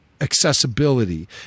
accessibility